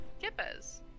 Kippers